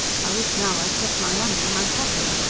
i wish now i'd kept my money in my pocket.